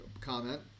comment